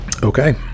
Okay